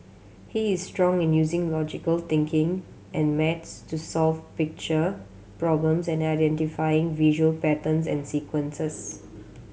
he is strong in using logical thinking and maths to solve picture problems and identifying visual patterns and sequences